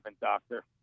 doctor